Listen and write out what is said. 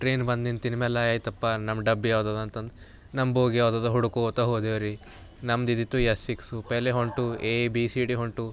train ಬಂದು ನಿಂತಿದ್ದು ಮೇಲೆ ಆಯ್ತಪ್ಪ ನಮ್ಮ ಡಬ್ಬಿ ಯಾವ್ದಿದೆ ಅಂತಂದು ನಮ್ಮ ಬೋಗಿ ಯಾವ್ದಿದೆ ಹುಡುಕೋತ್ತ ಹೋದೆವು ರೀ ನಮ್ದು ಇದ್ದಿತ್ತು ಎಸ್ ಸಿಕ್ಸು ಪೆಹೆಲೆ ಹೊಂಟವು ಎ ಬಿ ಸಿ ಡಿ ಹೊಂಟವು